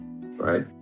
right